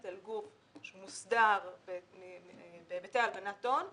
על גוף שהוא מוסדר בהיבטי הלבנת הון,